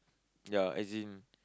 ya as in